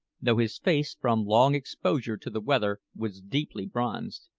though his face, from long exposure to the weather, was deeply bronzed.